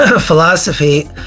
philosophy